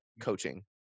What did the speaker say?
coaching